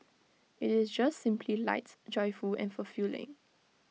IT is just simply lights joyful and fulfilling